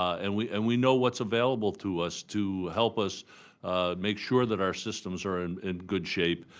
and we and we know what's available to us to help us make sure that our systems are in and good shape.